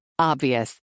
obvious